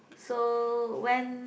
so when